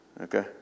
okay